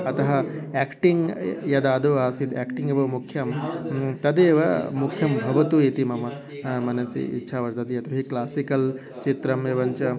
अतः याक्टिङ्ग् यदादौ आसीत् याक्टिङ्ग् एव मुख्यं तदेव मुख्यं भवतु इति मम मनसि इच्छा वर्तते यतोऽहि क्लासिकल् चित्रम् एवञ्च